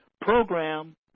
program